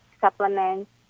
supplements